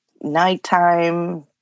nighttime